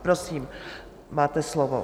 Prosím, máte slovo.